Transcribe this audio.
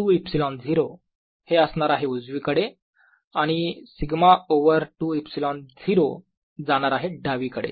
2 ε0 असणार आहे उजवीकडे आणि σ ओवर 2 ε0 जाणार आहे डावीकडे